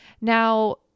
Now